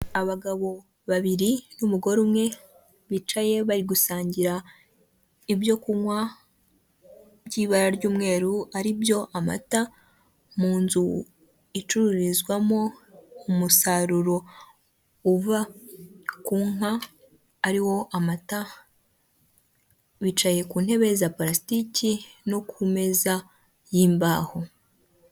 Abagabo babiri n'umugore umwe bicaye bari gusangira ibyo kunywa by'ibara ry'umweru ari byo amata, mu nzu icururizwamo umusaruro uva ku nka ari wo amata, bicaye ku ntebe za parasitiki no ku meza y'imbaho.